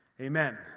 Amen